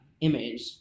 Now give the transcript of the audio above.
image